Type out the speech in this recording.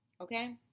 Okay